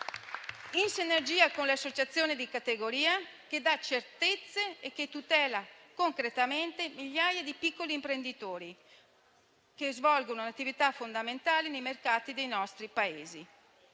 in sinergia con le associazioni di categoria, che dà certezze e che tutela concretamente migliaia di piccoli imprenditori che svolgono attività fondamentali nei mercati dei nostri Paesi.